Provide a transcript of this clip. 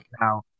Now